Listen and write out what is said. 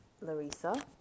Larissa